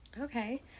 Okay